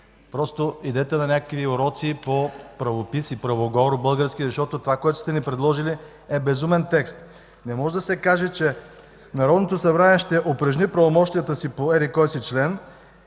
Просто идете на някакви уроци по правопис и български правоговор, защото това, което сте ни предложили, е безумен текст. Не може да се каже, че Народното събрание ще упражни правомощията си по еди-кой си член